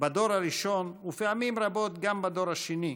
בדור הראשון ופעמים רבות גם בדור השני,